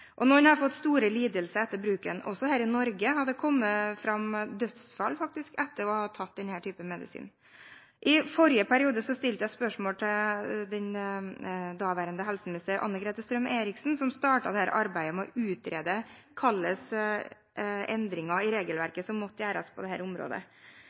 Noen har fått store lidelser etter bruken. Også her i Norge har det faktisk forekommet dødsfall etter at noen har tatt denne typen medisiner. I forrige periode stilte jeg spørsmål til daværende helseminister, Anne-Grete Strøm-Erichsen, som startet dette arbeidet med å utrede hvilke endringer i regelverket som måtte gjøres på dette området.